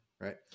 Right